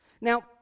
Now